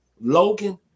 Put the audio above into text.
Logan